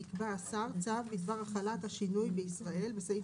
יקבע השר צו בדבר החלת השינוי בישראל (בסעיף